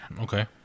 Okay